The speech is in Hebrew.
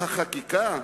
2008,